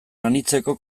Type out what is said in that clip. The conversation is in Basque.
anitzeko